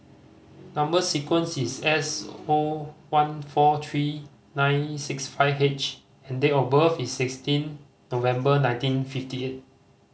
number sequence is S O one four three nine six five H and date of birth is sixteen November nineteen fifty eight